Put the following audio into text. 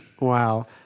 Wow